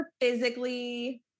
physically